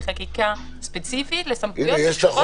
כי זה ממש להיכנס לפרטים וחוות דעת מקצועית כן 100 מטר,